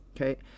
okay